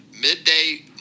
midday